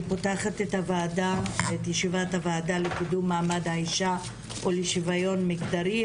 אני פותחת את ישיבת הוועדה לקידום מעמד האישה ולשוויון מגדרי,